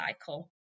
cycle